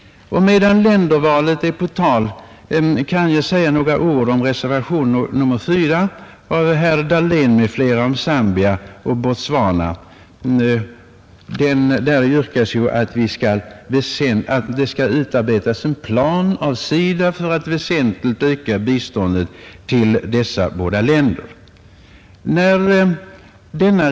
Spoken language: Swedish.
Medan ländervalet är på tal skall jag säga några ord om reservationen 4 av herr Dahlén m.fl. beträffande biståndsinsatser i Zambia och Botswana. Reservanterna yrkar att SIDA skall utarbeta en plan för att väsentligt öka biståndet till dessa båda länder.